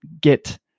get